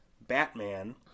Batman